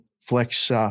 Flex